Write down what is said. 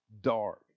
dark